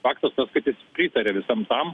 faktas tas kad jis pritarė visam tam